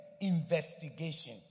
investigation